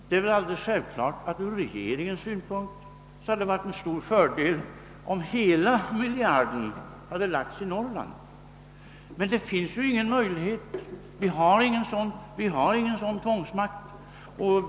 Det är alldeles självklart att det ur regeringens synpunkt hade varit en stor fördel om hela miljarden hade kunnat gå till Norrland, men det finns ju ingen möjlighet att förfara på detta sätt. Vi har inte sådan tvångsmakt att vi kan föreskriva detta.